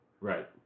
Right